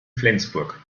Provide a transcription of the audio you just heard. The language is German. flensburg